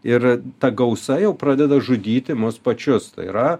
ir ta gausa jau pradeda žudyti mus pačius tai yra